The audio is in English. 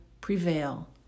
prevail